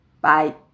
Bye